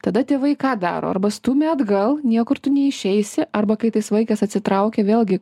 tada tėvai ką daro arba stūmia atgal niekur tu neišeisi arba kai vaikas atsitraukia vėlgi